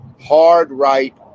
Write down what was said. hard-right